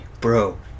bro